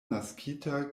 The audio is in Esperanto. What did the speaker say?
naskita